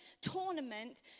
tournament